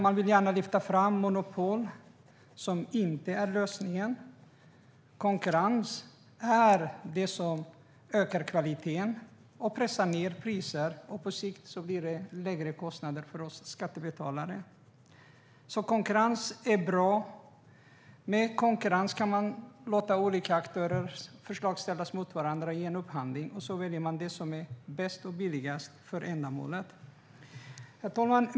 Man vill gärna lyfta fram monopol, som inte är lösningen. Konkurrens är det som ökar kvaliteten och pressar ned priser. På sikt blir det lägre kostnader för oss skattebetalare. Konkurrens är bra. Med konkurrens kan man låta olika aktörers förslag ställas mot varandra i en upphandling, och så väljer man det som är bäst och billigast för ändamålet. Herr talman!